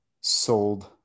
sold